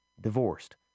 divorced